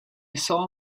saw